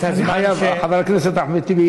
חבר הכנסת אחמד טיבי,